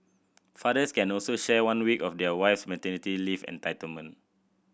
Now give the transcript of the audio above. fathers can also share one week of their wife's maternity leave entitlement